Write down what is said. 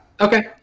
Okay